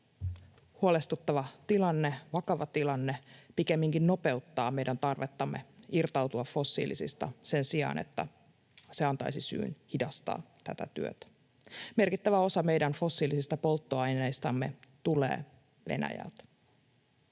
huolestuttava tilanne, vakava tilanne pikemminkin nopeuttaa meidän tarvettamme irtautua fossiilisista sen sijaan, että se antaisi syyn hidastaa tätä työtä. Merkittävä osa meidän fossiilisista polttoaineistamme tulee Venäjältä.